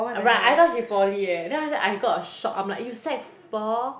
right I thought she poly eh then after that I got a shock I'm like you sec four